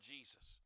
Jesus